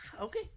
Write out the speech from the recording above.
Okay